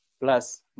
plus